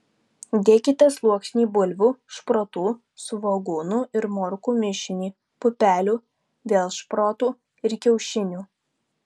dėkite sluoksnį bulvių šprotų svogūnų ir morkų mišinį pupelių vėl šprotų ir kiaušinių